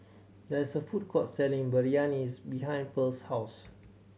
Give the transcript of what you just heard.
there is a food court selling Biryani behind Pearl's house